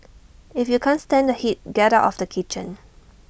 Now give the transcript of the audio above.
if you can't stand the heat get out of the kitchen